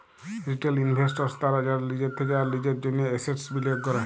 retail investors তারা যারা লিজের থেক্যে আর লিজের জন্হে এসেটস বিলিয়গ ক্যরে